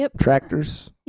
tractors